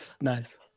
nice